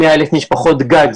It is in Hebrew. ל-100,000 משפחות גג.